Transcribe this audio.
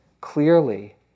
clearly